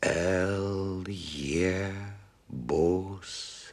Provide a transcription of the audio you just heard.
el ie bus